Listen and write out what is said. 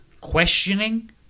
Questioning